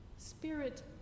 spirit